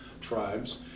tribes